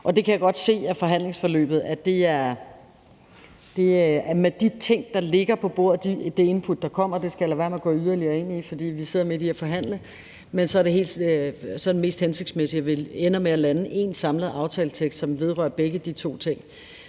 Der kan jeg godt se af forhandlingsforløbet, at med de ting, der ligger på bordet, og det input, der kommer – det skal jeg lade være med at gå yderligere ind i, fordi vi sidder midt i at forhandle – er det mest hensigtsmæssigt, at vi ender med at lande en samlet aftaletekst, som vedrører begge de to ting.